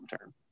term